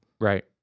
right